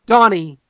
Donnie